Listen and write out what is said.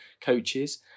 coaches